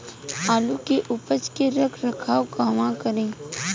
आलू के उपज के रख रखाव कहवा करी?